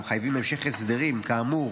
המחייבים המשך הסדרים כאמור,